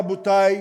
רבותי,